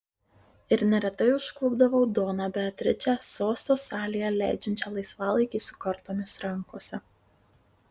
ir neretai užklupdavau doną beatričę sosto salėje leidžiančią laisvalaikį su kortomis rankose